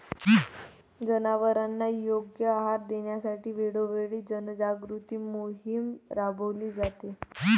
जनावरांना योग्य आहार देण्यासाठी वेळोवेळी जनजागृती मोहीम राबविली जाते